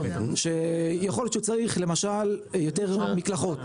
שיכול להיות שהוא צריך למשל יותר מקלחות,